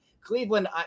Cleveland